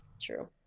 true